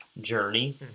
journey